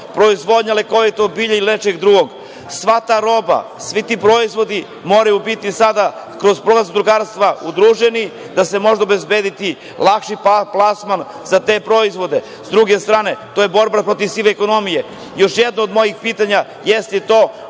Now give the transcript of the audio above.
proizvodnja lekovitog bilja ili nečeg drugog, sva ta roba, svi ti proizvodi moraju biti sada kroz zadrugarstva udruženi da se može obezbediti lakši plasman za te proizvode. Sa druge strane, to je borba protiv sive ekonomije. Još jedno od mojih pitanja, pošto